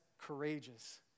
courageous